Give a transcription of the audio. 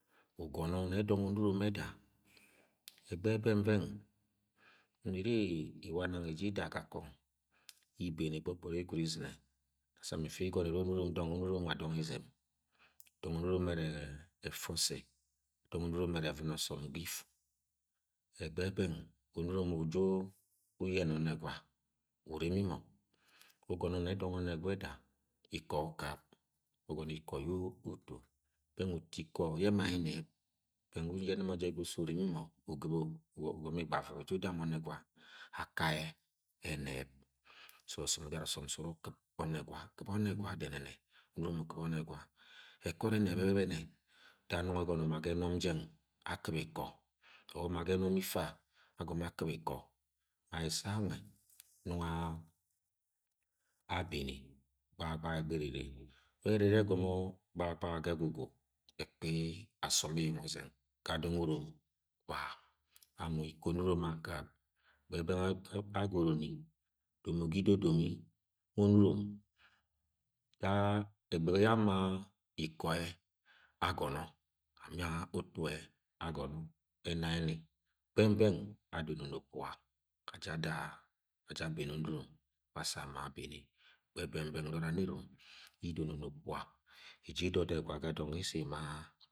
Ugọnọ nẹ dọng onuron ẹda ẹgbẹ bẹng-bẹng mi-iri inla nang iji ida ga kọng ibene gbọgbọṅ guwd izinẹ du san ifi igọnọ ini uru uwa dọng izẹm dọng onurom ẹrẹ-ẹ e. ẹfẹ osẹ dọng onuron ere evfria ọsọni ga ifu, ẹgbẹ bẹng onuroni mu ju unẹnẹ ọnẹgwa unmi mọ ugọnọ nẹ dọng onẹgwa e̠da ikọ ukɨp ugọnọ iko yẹ uto bẹng uto iko yẹ ẹma ẹnẹb bẹng uyẹnẹ mọ jẹ ga uso urimi mọ ugɨbo̠ ugono igavɨt uju uda mọ o̠nẹgwa akai ẹnẹb so, sẹ o̠so̠ni ẹjara o̠som sẹ uru kɨb ọnegwa, kɨb ọnẹgwo dẹmẹnẹ onuwom ukɨb ọnegwa, ẹkọri ni ẹbẹbẹnẹ da nọngọ ẹgọnọ ma ga ẹnọm jang akɨb ikọ or ma ga ẹnọm ifa agọmọ akɨb ikọ ma ẹsẹ anub nungọ a-abene gbahagbaha ẹgbẹ ere, ere. bẹ ere ẹrẹ ẹgọnọ gbehagbaha ga egwu gwa ẹkpi asọm eyeng ọzeng ga doṇg urom wla-a- awwa lkọ onurom akɨb ẹgbẹ bẹng ag-agoroni domoga ido doni onurom ga ẹgbẹ yẹ ama ikọ yẹ agọnọ ana utu yẹ agọnọ ẹna yẹ ni, bẹng bẹng adọnọ ẹna yẹ ni, bẹng bẹng adono ni okpuga aja ada-a aja abene onuron wẹ asa ania abene ẹgbẹ bẹng nọrọ aneroni idono ni okpuga ibi ida ọnẹgwa ga dọng yẹ isi ima-a-